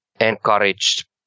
encouraged